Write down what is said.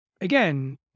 again